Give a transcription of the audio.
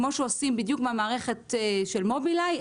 כפי שעושים בדיוק במערכת של מוביליי,